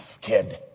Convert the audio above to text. kid